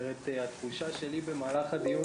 התחושה שלי היא שבמהלך הדיון,